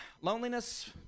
loneliness